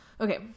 okay